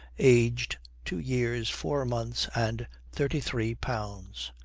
aged two years four months, and thirty-three pounds.